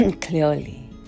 clearly